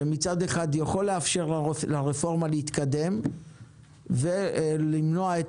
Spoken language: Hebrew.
שמצד אחד יכול לאפשר לרפורמה להתקדם ולמנוע את